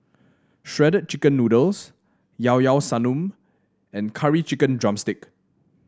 Shredded Chicken Noodles Llao Llao Sanum and Curry Chicken drumstick